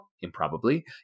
improbably